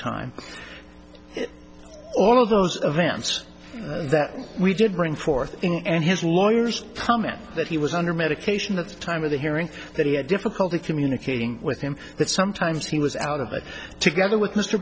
time all of those events that we did bring forth and his lawyers comment that he was under medication at the time of the hearing that he had difficulty communicating with him that sometimes he was out of it together with mr